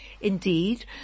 Indeed